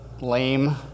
lame